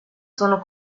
sono